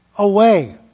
away